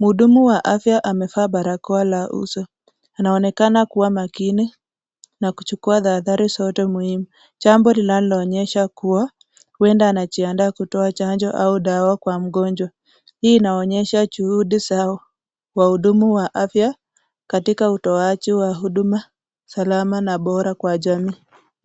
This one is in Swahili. Mhudumu ya afya amevaa barakoa la uso. Anaonekana kuwa makini na kuchukua dahathari zote muhimu jambo linaloonyesha kuwa huenda anajiandaa kutoa chanjo au dawa kwa mgonjwa. Hii inaonyesha juhudi zao wa hudumu wa afya katika utoaji wa huduma salama na bora kwa jamii.